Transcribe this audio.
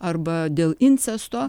arba dėl incesto